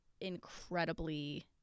incredibly